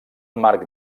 marc